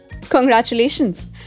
congratulations